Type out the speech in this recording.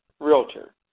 Realtor